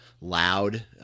loud